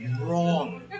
wrong